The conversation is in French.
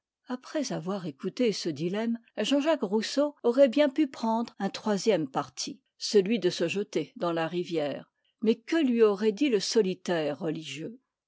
après avoir écouté ce dilemme j j rousseau aurait bien pu prendre un troisième parti celui de se jeter dans la rivière mais que lui aurait dit le solitaire religieux